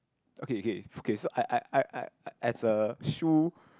okay okay okay so I I I I as a shoe